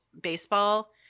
baseball